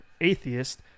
atheist